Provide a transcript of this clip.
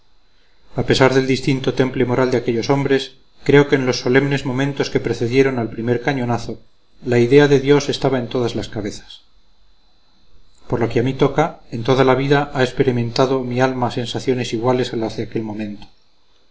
a pesar del distinto temple moral de aquellos hombres creo que en los solemnes momentos que precedieron al primer cañonazo la idea de dios estaba en todas las cabezas por lo que a mí toca en toda la vida ha experimentado mi alma sensaciones iguales a las de aquel momento